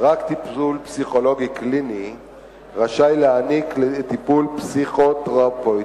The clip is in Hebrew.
רק פסיכולוג קליני רשאי להעניק טיפול פסיכותרפויטי.